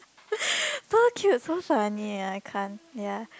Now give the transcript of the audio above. so cute so funny ah I can't ya